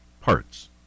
Parts